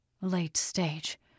Late-stage